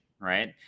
right